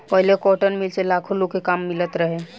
पहिले cotton mill से लाखो लोग के काम मिलल रहे